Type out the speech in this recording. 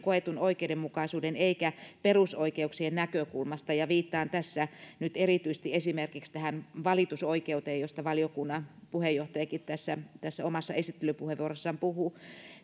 koetun oikeudenmukaisuuden eikä perusoikeuksien näkökulmasta viittaan tässä nyt erityisesti esimerkiksi tähän valitusoikeuteen josta valiokunnan puheenjohtajakin tässä omassa esittelypuheenvuorossaan puhui